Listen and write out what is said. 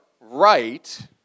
right